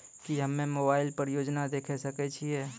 की हम्मे मोबाइल पर योजना देखय सकय छियै?